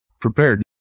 prepared